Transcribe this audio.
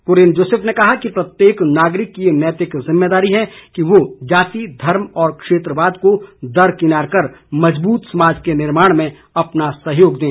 कुरियन जोसेफ ने कहा कि प्रत्येक नागरिक की ये नैतिक जिम्मेदारी है कि वो जाति धर्म और क्षेत्रवाद को दरकिनार कर मजबूत समाज के निर्माण में अपना सहयोग दें